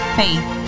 faith